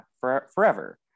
forever